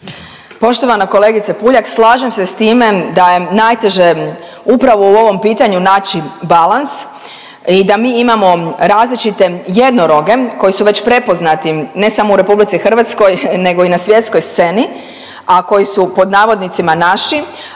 Poštovana kolegice Puljak slažem se s time da je najteže upravo u ovom pitanju naći balans i da mi imamo različite jednoroge koji su već prepoznati ne samo u RH nego i na svjetskoj sceni, a koji su pod navodnicima naši